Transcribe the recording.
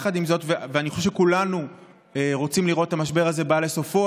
אני חושב שכולנו רוצים לראות את המשבר הזה בא לסופו,